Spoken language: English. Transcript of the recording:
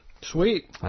Sweet